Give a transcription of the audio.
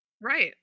Right